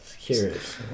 Curious